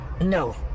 No